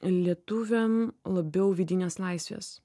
lietuviam labiau vidinės laisvės